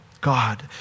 God